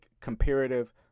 comparative